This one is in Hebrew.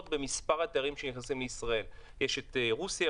במספר התיירים שנכנסים לישראל: רוסיה,